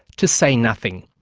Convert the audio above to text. to say nothing.